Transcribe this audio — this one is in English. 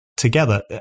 together